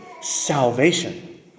Salvation